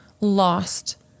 lost